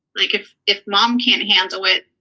like, if if mom can't handle it,